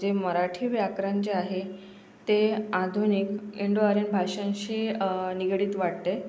जे मराठी व्याकरण जे आहे ते आधुनिक इंडो आर्यन भाषांशी निगडित वाटते